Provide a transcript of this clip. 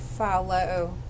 Follow